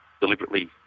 deliberately